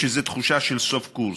יש איזו תחושה של סוף קורס.